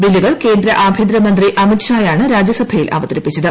ബില്ലുകൾ കേന്ദ്ര ആഭ്യന്തര മന്ത്രി അമിത് ഷാ യാണ് രാജ്യസഭയിൽ അവതരിപ്പിച്ചത്